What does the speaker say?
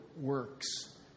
works